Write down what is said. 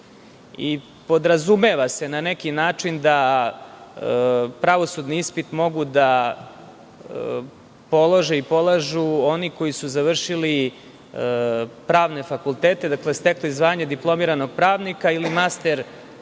i podrazumeva se, na neki način, da pravosudni ispit mogu da polože i polažu oni koji su završili pravne fakultete, stepen zvanja diplomiranog pravnika ili master akademske